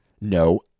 No